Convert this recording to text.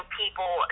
people